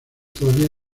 todavía